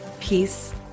peace